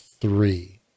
three